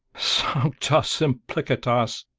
sancta simplicitas!